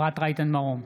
אפרת רייטן מרום,